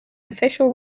official